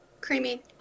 Creamy